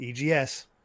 EGS